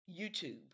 YouTube